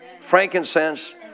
frankincense